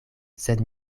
sed